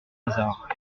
hasard